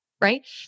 right